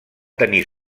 tenir